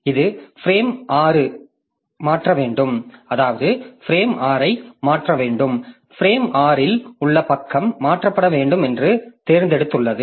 இது பிரேம் 6 ஐ மாற்ற வேண்டும் பிரேம் 6 இல் உள்ள பக்கம் மாற்றப்பட வேண்டும் என்று தேர்ந்தெடுத்துள்ளது